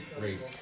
race